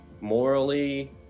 morally